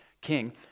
king